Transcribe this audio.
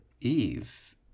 Eve